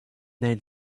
then